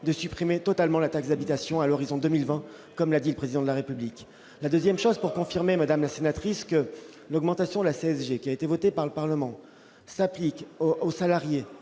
de supprimer totalement la taxe d'habitation à l'horizon 2020, comme l'a dit le président de la République, la 2ème chose pour confirmer, Madame la sénatrice, que l'augmentation de la CSG qui a été votée par le Parlement s'applique aux salariés